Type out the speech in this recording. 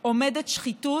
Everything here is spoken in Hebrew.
עומדת שחיתות,